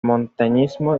montañismo